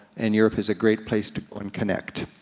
and europe is a great place to and connect.